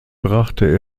brachte